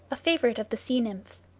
a favorite of the sea-nymphs.